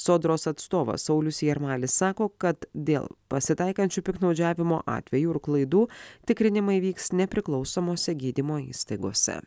sodros atstovas saulius jarmalis sako kad dėl pasitaikančių piktnaudžiavimo atvejų ir klaidų tikrinimai vyks nepriklausomose gydymo įstaigose